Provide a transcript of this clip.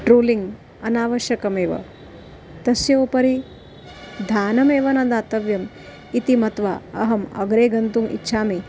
trolling अनावश्यकमेव तस्य उपरि ध्यानमेव न दातव्यम् इति मत्वा अहम् अग्रे गन्तुम् इच्छामि